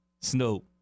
Snoop